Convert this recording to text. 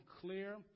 clear